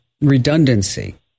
redundancy